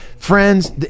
Friends